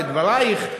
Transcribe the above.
בדברייך,